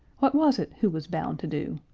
what was it who was bound to do?